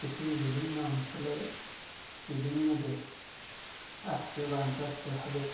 পৃথিৱীৰ বিভিন্ন অঞ্চলে বিভিন্ন দেশ ৰাষ্ট্ৰীয় বা আন্তঃৰাষ্ট্ৰীয়ভাৱে